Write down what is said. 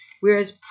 whereas